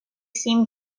seemed